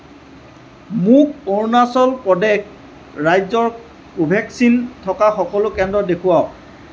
মোক অৰুণাচল প্ৰদেশ ৰাজ্যৰ কোভেক্সিন থকা সকলো কেন্দ্ৰ দেখুৱাওক